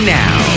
now